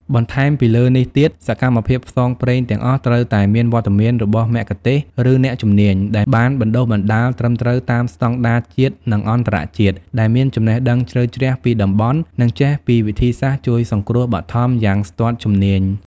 បន្ថែមពីលើនេះទៀត សកម្មភាពផ្សងព្រេងទាំងអស់ត្រូវតែមានវត្តមានរបស់មគ្គុទ្ទេសក៍ឬអ្នកជំនាញដែលបានបណ្ដុះបណ្ដាលត្រឹមត្រូវតាមស្តង់ដារជាតិនិងអន្តរជាតិ ដែលមានចំណេះដឹងជ្រៅជ្រះពីតំបន់ និងចេះពីវិធីសាស្ត្រជួយសង្គ្រោះបឋមយ៉ាងស្ទាត់ជំនាញ។